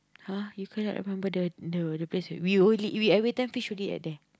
(huh) you cannot remember the the the place where we only we every time fish only at there